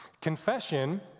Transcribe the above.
Confession